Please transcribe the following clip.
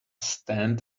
stand